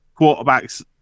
quarterbacks